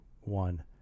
one